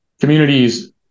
communities